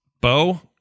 Bo